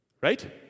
Right